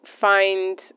find